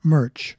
MERCH